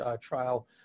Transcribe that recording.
trial